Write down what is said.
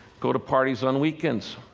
go to parties on weekends.